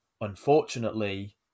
unfortunately